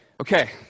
Okay